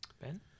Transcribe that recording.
Ben